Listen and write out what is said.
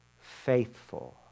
faithful